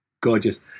Gorgeous